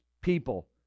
people